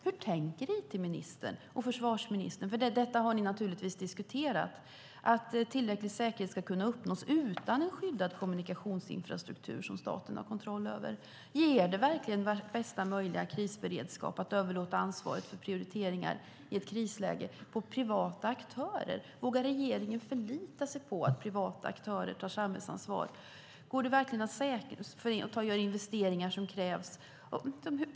Hur tänker it-ministern och försvarsministern - för detta har ni naturligtvis diskuterat - att tillräcklig säkerhet ska kunna uppnås utan en skyddad kommunikationsinfrastruktur som staten har kontroll över? Ger det verkligen bästa möjliga krisberedskap att överlåta ansvaret för prioriteringar i ett krisläge på privata aktörer? Vågar regeringen förlita sig på att privata aktörer tar samhällsansvar och gör de investeringar som krävs?